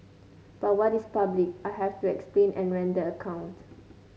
but what is public I have to explain and render account